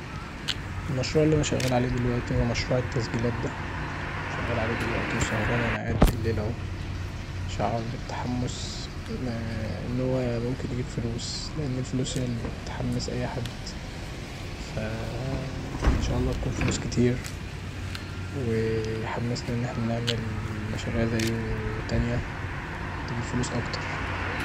المشروع اللي انا شغال عليه دلوقتي هو مشروع التسجيلات دا شغال عليه دلوقتي وسهران وانا قاعد بليل اهو شاعر بالتحمس وان هو ممكن يجيب فلوس لان الفلوس هي اللي بتحمس اي حد فإن شاء الله تكون فلوس كتير ويحمسنا ان احنا نعمل مشاريع زيه تانيه تجيب فلوس اكتر.